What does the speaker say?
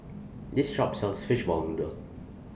This Shop sells Fishball Noodle